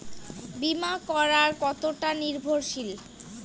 বীমা করা কতোটা নির্ভরশীল?